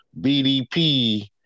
BDP